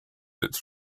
its